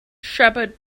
shepherd